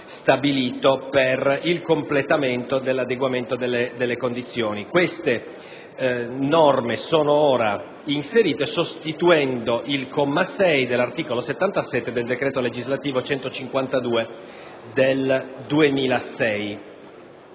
stabilito per il completo adeguamento delle condizioni. Queste norme sono ora inserite sostituendo il comma 6 dell'articolo 77 del decreto legislativo 3 aprile 2006,